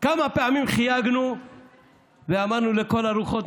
כמה פעמים חייגנו ואמרנו: לכל הרוחות,